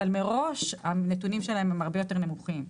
אבל מראש הנתונים שלהם הם הרבה יותר נמוכים.